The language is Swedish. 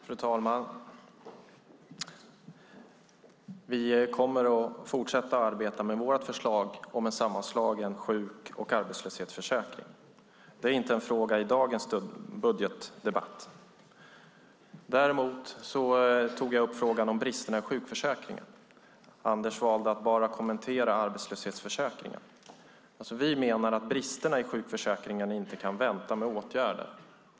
Fru talman! Vi kommer att fortsätta arbeta med vårt förslag om en sammanslagen sjuk och arbetslöshetsförsäkring. Det är inte en fråga i dagens budgetdebatt. Däremot tog jag upp frågan om bristerna i sjukförsäkringen, och Anders valde att bara kommentera arbetslöshetsförsäkringen. Vi menar att bristerna i sjukförsäkringen inte kan vänta med åtgärder.